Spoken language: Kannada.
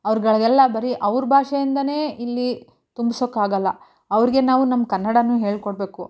ಅವ್ರುಗಳ್ಗೆಲ್ಲ ಬರೀ ಅವ್ರ ಭಾಷೆಯಿಂದಲೇ ಇಲ್ಲಿ ತುಂಬಿಸೋಕ್ಕಾಗೋಲ್ಲ ಅವ್ರಿಗೆ ನಾವು ನಮ್ಮ ಕನ್ನಡನೂ ಹೇಳಿಕೊಡ್ಬೇಕು